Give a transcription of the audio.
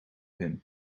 him